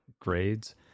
grades